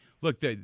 Look